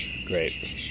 Great